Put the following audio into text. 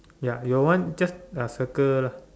ya your one just uh circle lah